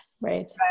Right